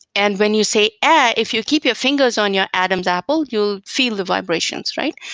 and when you say a, if you keep your fingers on your adam's apple, you'll feel the vibrations, right?